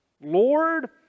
Lord